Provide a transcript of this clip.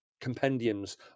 compendiums